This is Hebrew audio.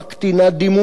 מקטינה דימום,